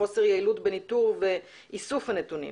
חוסר יעילות בניטור ואיסוף הנתונים,